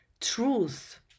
truth